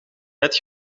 net